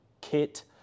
kit